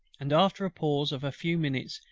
and after a pause of a few minutes,